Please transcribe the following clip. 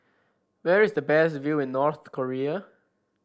where is the best view in North Korea